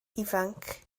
ifanc